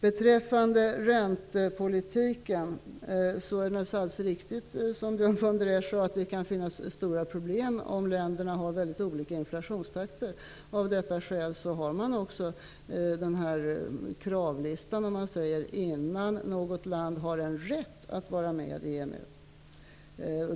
Beträffande räntepolitiken är det naturligtvis alldeles riktigt som Björn von der Esch sade, att det kan bli stora problem om länderna har väldigt olika inflationstakter. Av detta skäl tillämpar man den s.k. kravlistan innan något land ges rätt att vara med i EMU.